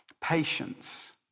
patience